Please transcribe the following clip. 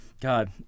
God